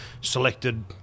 selected